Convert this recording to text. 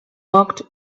walked